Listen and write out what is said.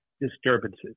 disturbances